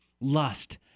Lust